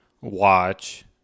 watch